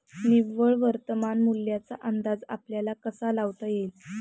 निव्वळ वर्तमान मूल्याचा अंदाज आपल्याला कसा लावता येईल?